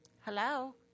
Hello